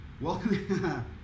Welcome